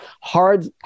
hard